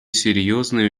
серьезный